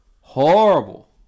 Horrible